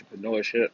entrepreneurship